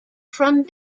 from